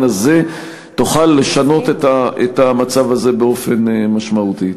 הזה תוכל לשנות את המצב הזה באופן משמעותי.